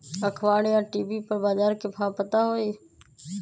अखबार या टी.वी पर बजार के भाव पता होई?